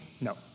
No